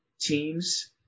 teams